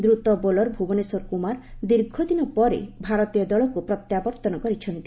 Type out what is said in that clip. ଦ୍ରୁତ ବୋଲର ଭୁବନେଶ୍ୱର କୁମାର ଦୀର୍ଘଦିନ ପରେ ଭାରତୀୟ ଦଳକୁ ପ୍ରତ୍ୟାବର୍ଭନ କରିଛନ୍ତି